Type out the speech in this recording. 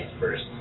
first